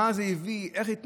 למה זה הביא, מה הייתה ההתנהלות,